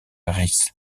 rhys